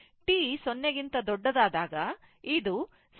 ಅಂದರೆ t 0 ಗಿಂತ ದೊಡ್ಡದಾದಾಗ ಇದು 60 e 50 milliwatt ಆಗಿದೆ